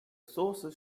sources